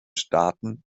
staaten